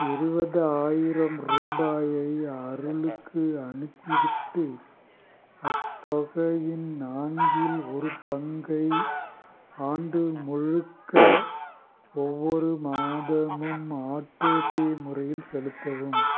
இருபது ஆயிரம் ரூபாயை அருளுக்கு அனுப்பிவிட்டு அத்தொகையின் நான்கில் ஒரு பங்கை ஆண்டு முழுக்க ஒவ்வொரு மாதமும் ஆட்டோபே முறையில் செலுத்தவும்